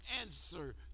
answer